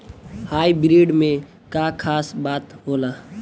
Hybrid में का खास बात होला?